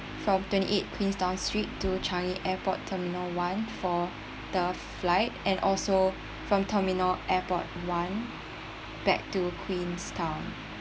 from twenty eight Queenstown street to Changi airport terminal one for the flight and also from terminal airport one back to queenstown